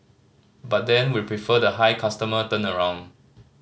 but then we prefer the high customer turnaround